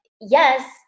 yes